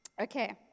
Okay